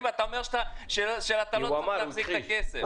ואתה אומר שאתה לא צריך להחזיק את הכסף.